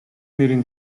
нэрийн